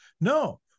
No